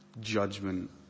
judgment